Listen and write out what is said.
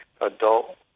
adult